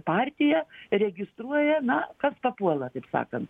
partija registruoja na kas papuola taip sakant